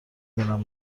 دلم